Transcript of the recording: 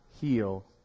heal